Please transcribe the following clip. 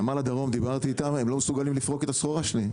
נמל הדרום דיברתי איתם הם לא מסוגלים לפרוק את הסחורה שלי.